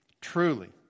truly